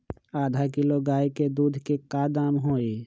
आधा किलो गाय के दूध के का दाम होई?